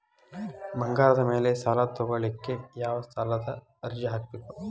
ಬಂಗಾರದ ಮ್ಯಾಲೆ ಸಾಲಾ ತಗೋಳಿಕ್ಕೆ ಯಾವ ಸಾಲದ ಅರ್ಜಿ ಹಾಕ್ಬೇಕು?